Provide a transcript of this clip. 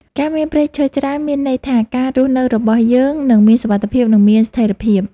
ការមានព្រៃឈើច្រើនមានន័យថាការរស់នៅរបស់យើងនឹងមានសុវត្ថិភាព និងមានស្ថិរភាព។